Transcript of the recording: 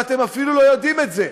ואתם אפילו לא יודעים את זה.